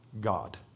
God